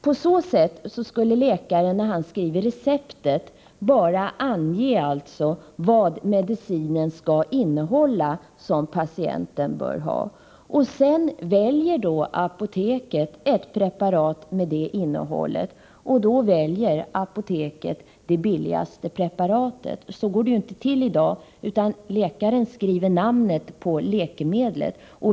På så sätt skulle läkaren när han skriver receptet bara ange vad den medicin skall innehålla som patienten bör ha, och sedan väljer apoteket ett preparat med det innehållet, och då det billigaste preparatet. Så går det ju inte till i dag, utan läkaren skriver namnet på läkemedlet.